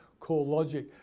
CoreLogic